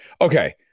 Okay